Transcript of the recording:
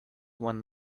one